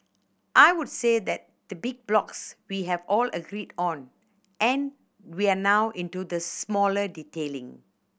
I would say that the big blocks we've all agreed on and we're now into the smaller detailing